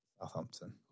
Southampton